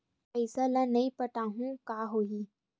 पईसा ल नई पटाहूँ का होही?